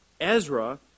Ezra